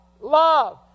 love